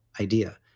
idea